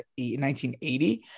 1980